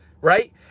Right